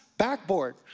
backboard